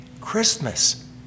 Christmas